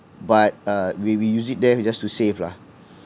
but uh we we use it there just to save lah